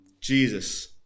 Jesus